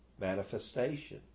manifestation